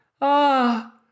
Ah